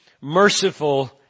merciful